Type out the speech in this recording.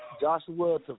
Joshua